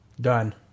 Done